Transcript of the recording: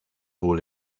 wohl